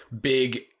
big